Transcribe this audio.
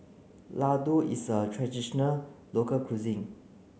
Ladoo is a traditional local cuisine